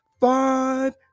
five